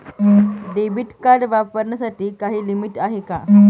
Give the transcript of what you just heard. Debit card वापरण्यासाठी काही limit आहे का?